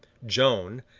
joan,